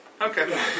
Okay